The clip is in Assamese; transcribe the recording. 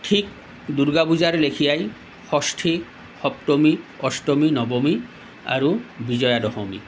ঠিক দুৰ্গা পূজাৰ লেখিয়াই ষষ্ঠী সপ্তমী অষ্টমী নৱমী আৰু বিজয়া দশমী